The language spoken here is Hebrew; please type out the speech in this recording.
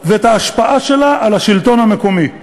ואת ההשפעה שלו על השלטון המקומי,